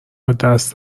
دست